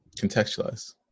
contextualize